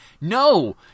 No